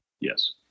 Yes